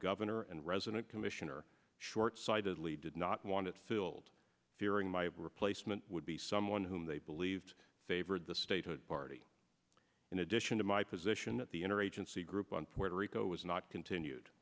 governor and resident commissioner short sightedly did not want it filled during my replacement would be someone whom they believed favored the statehood party in addition to my position at the inner agency group on puerto rico was not continued